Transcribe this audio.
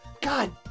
god